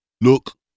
look